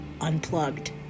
Unplugged